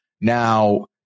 Now